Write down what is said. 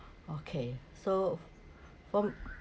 okay so from